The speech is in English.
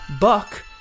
buck